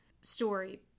story